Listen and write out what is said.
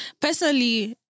personally